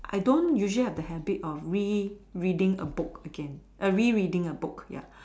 I don't usually have a habit of rereading a book again err rereading a book ya